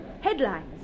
headlines